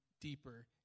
deeper